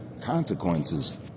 consequences